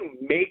make